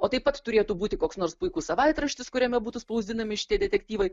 o taip pat turėtų būti koks nors puikus savaitraštis kuriame būtų spausdinami šitie detektyvai